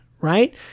right